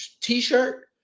T-shirt